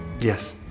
Yes